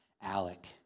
Alec